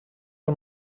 els